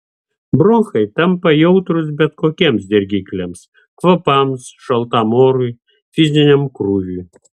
bronchai tampa jautrūs bet kokiems dirgikliams kvapams šaltam orui fiziniam krūviui